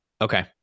Okay